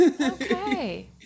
Okay